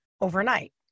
overnight